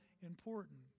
important